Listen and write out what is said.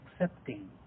accepting